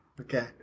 Okay